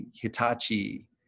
Hitachi